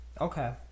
Okay